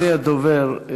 אדוני הדובר,